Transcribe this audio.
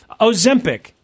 Ozempic